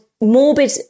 morbid